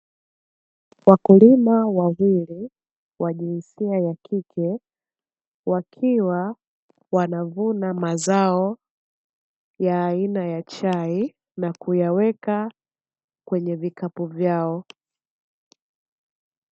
Wakulima wawili wa jinsia ya kike, wakiwa wanavuna mazao ya aina ya chai na kuyawekwa kwenye vikapu vyao.